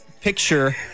picture